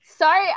Sorry